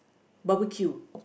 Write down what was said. barbecue